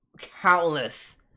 countless